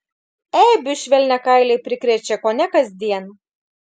eibių švelniakailiai prikrečia kone kasdien